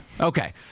Okay